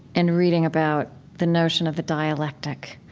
and reading about the notion of the dialectic,